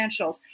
financials